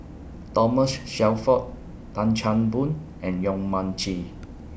Thomas Shelford Tan Chan Boon and Yong Mun Chee